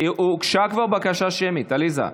הוגשה כבר בקשה לשמית, עליזה.